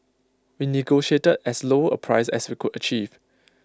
we negotiated as lower price as we could achieve